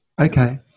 Okay